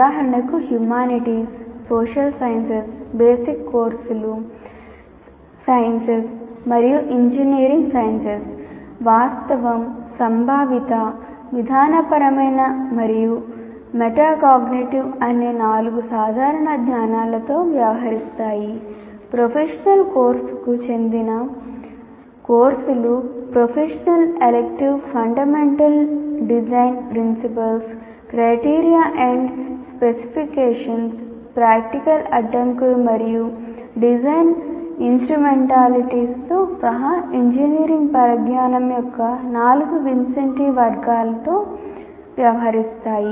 ఉదాహరణకు హ్యుమానిటీస్లతో వ్యవహరిస్తాయి